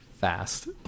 fast